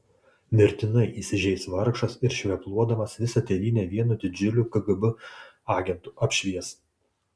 mirtinai įsižeis vargšas ir švepluodamas visą tėvynę vienu didžiuliu kgb agentu apšvies